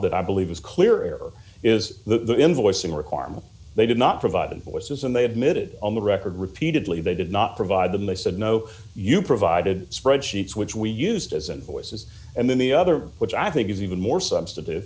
that i believe is clear is the invoicing requirement they did not provide invoices and they admitted on the record repeatedly they did not provide them they said no you provided spread sheets which we used as an voices and then the other which i think is even more substantive